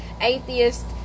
atheist